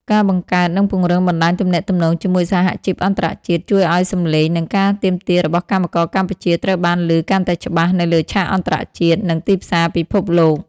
ការបង្កើត និងពង្រឹងបណ្តាញទំនាក់ទំនងជាមួយសហជីពអន្តរជាតិ ជួយឱ្យសំឡេង និងការទាមទាររបស់កម្មករកម្ពុជាត្រូវបានឮកាន់តែច្បាស់នៅលើឆាកអន្តរជាតិ និងទីផ្សារពិភពលោក។